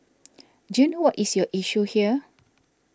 do you know what is your issue here